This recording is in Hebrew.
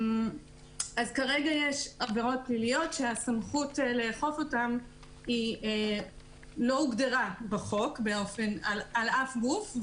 כרגע יש עבירות פליליות והסמכות לאכוף אותן לא הוגדרה בחוק על אף גוף.